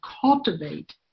cultivate